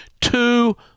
two